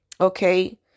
okay